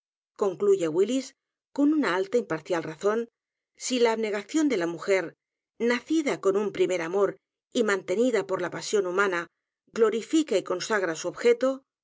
concluye willis con una alta é imparcial razón si la abnegación de la mujer nacida con un primer amor y mantenida por la pasión humana glorifica y consagra su objeto